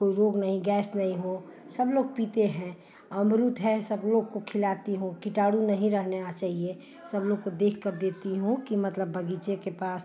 कोई रोग नही गैस नही हो सब लोग पीते हैं अमरूद है सब लोग को खिलाती हूँ किटाणु नही रहना चाहिए सब लोग को देख कर देती हूँ कि मतलब बगीचे के पास